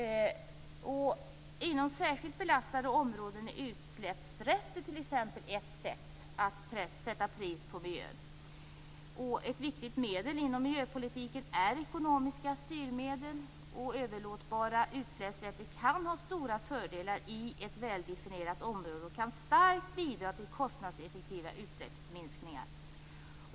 Inom särskilt belastade områden är t.ex. utsläppsrätter ett sätt att sätta ett pris på miljön. Ett viktigt medel inom miljöpolitiken är ekonomiska styrmedel. Överlåtbara utsläppsrätter kan innebära stora fördelar i ett väldefinierat område och kan starkt bidra till kostnadseffektiva utsläppsminskningar.